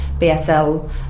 bsl